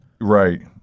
Right